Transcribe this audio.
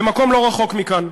במקום לא רחוק מכאן,